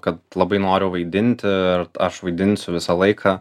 kad labai noriu vaidinti ir aš vaidinsiu visą laiką